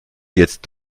jetzt